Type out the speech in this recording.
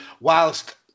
Whilst